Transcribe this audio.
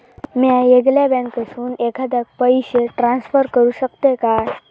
म्या येगल्या बँकेसून एखाद्याक पयशे ट्रान्सफर करू शकतय काय?